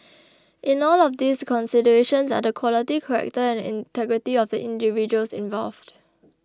in all of these the considerations are the quality character and integrity of the individuals involved